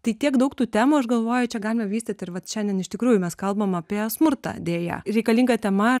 tai tiek daug tų temų aš galvoju čia galima vystyt ir vat šiandien iš tikrųjų mes kalbam apie smurtą deja reikalinga tema